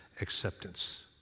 acceptance